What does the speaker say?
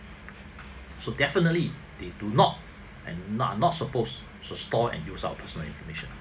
so definitely they do not and no~ not supposed to store and use our personal information